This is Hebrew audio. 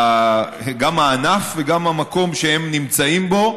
גם של הענף וגם של המקום שהם נמצאים בו,